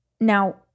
now